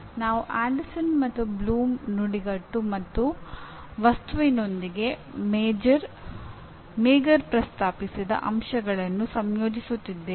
ನಾವು ಆಂಡರ್ಸನ್ ಮತ್ತು ಬ್ಲೂಮ್ನ ನುಡಿಗಟ್ಟು ಮತ್ತು ವಸ್ತುವಿನೊಂದಿಗೆ ಮಾಗರ್ ಪ್ರಸ್ತಾಪಿಸಿದ ಅಂಶಗಳನ್ನು ಸಂಯೋಜಿಸುತ್ತಿದ್ದೇವೆ